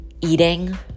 eating